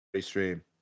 stream